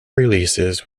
releases